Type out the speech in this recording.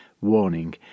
Warning